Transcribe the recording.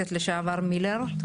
(היו"ר צגה מלקו,